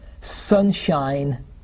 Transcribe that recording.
Sunshine